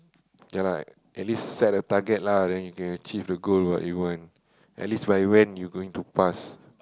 ya lah at least set the target lah then you can achieve the goal what you want at least by when you going to pass